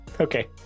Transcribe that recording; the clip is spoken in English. Okay